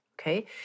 okay